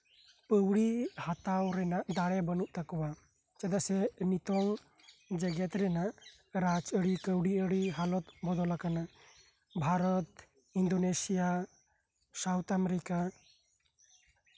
ᱯᱟᱹᱣᱲᱤ ᱦᱟᱛᱟᱣ ᱨᱮᱱᱟᱜ ᱫᱟᱲᱮ ᱵᱟᱱᱩᱜ ᱛᱟᱠᱚᱣᱟ ᱪᱮᱫᱟᱜ ᱥᱮ ᱱᱤᱛᱳᱝ ᱡᱮᱜᱮᱫ ᱨᱮᱱᱟᱜ ᱨᱟᱡᱽ ᱟᱨᱤ ᱠᱟᱹᱣᱰᱤ ᱟᱨᱤ ᱦᱟᱞᱚᱛ ᱵᱚᱫᱚᱞ ᱟᱠᱟᱱᱟ ᱵᱷᱟᱨᱚᱛ ᱤᱱᱫᱳᱱᱮᱥᱤᱭᱟ ᱥᱟᱣᱩᱛᱷ ᱟᱢᱮᱨᱤᱠᱟ